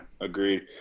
agreed